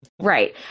right